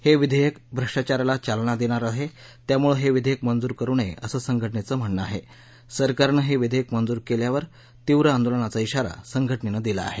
हे विधेयक भ्रश्टाचाराला चालना देणारं आहे त्यामुळे हे विधेयक मंजूर करू नये असं संघटनेचं म्हणणं आहे सरकारने हे विधेयक मंजूर केल्यास तीव्र आंदोलनाचा इशारा संघटनेनं दिला आहे